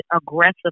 aggressive